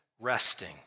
resting